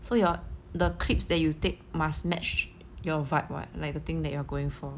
so your the clips that you take must match your vibe what like the thing that you're going for